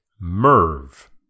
Merv